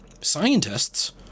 Scientists